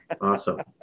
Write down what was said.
Awesome